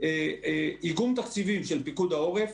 איגום תקציבים של פיקוד העורף,